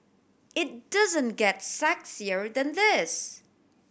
it doesn't get sexier than this